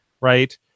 right